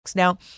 Now